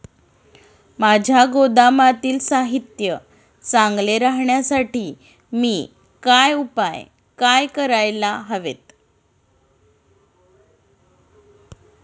माझ्या गोदामातील साहित्य चांगले राहण्यासाठी मी काय उपाय काय करायला हवेत?